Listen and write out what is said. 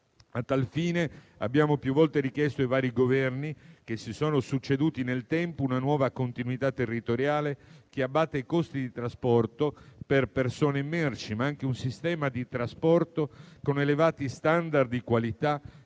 A tal fine abbiamo più volte richiesto ai vari Governi che si sono succeduti nel tempo una nuova continuità territoriale che abbatta i costi di trasporto per persone e merci, ma anche un sistema di trasporto con elevati *standard* di qualità